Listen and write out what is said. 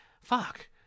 fuck